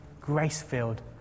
grace-filled